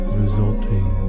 resulting